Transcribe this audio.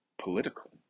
Political